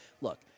Look